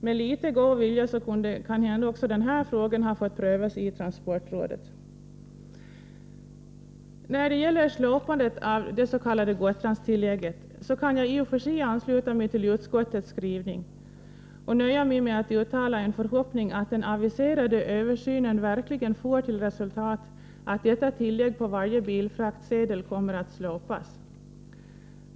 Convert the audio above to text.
Med litet god vilja kunde kanske även denna fråga fått prövas i transportrådet. När det gäller slopandet av det s.k. Gotlandstillägget kan jag i och för sig ansluta mig till utskottets skrivning och nöja mig med att uttala en förhoppning att den aviserade översynen verkligen får till resultat att detta tillägg på varje bilfraktsedel kommer att slopas.